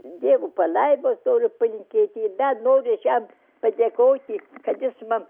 dievo palaimos noriu palinkėti ir dar noriu aš jam padėkoti kad jis man